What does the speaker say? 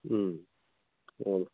ꯎꯝ ꯎꯝ